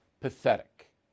pathetic